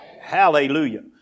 Hallelujah